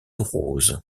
rose